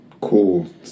Cool